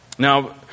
Now